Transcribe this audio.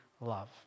love